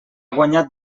guanyat